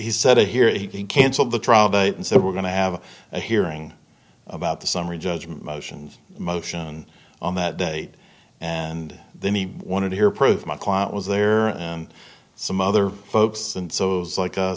he said here he cancelled the trial date and said we're going to have a hearing about the summary judgment motions motion on that date and then he wanted to hear proof my client was there and some other folks and so it was like a